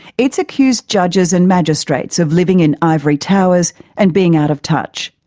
it's accused judges and magistrates of living in ivory towers and being out of touch.